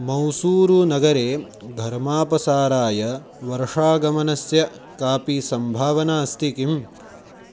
मैसूरुनगरे धर्मापसाराय वर्षागमनस्य कापि सम्भावना अस्ति किम्